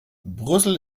brüssel